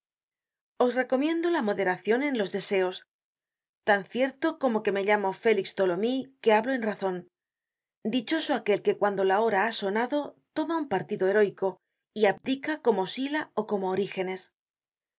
os recomiendo la moderacion en los deseos tan cierto como que me llamo félix tholomyes que hablo en razon dichoso aquel que cuando la hora ha sonado toma un partido heroico y abdica como sila ó como orígenes